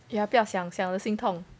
ya 不要想想了心痛